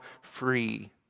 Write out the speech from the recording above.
free